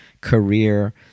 career